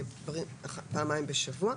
פעמיים בשבוע.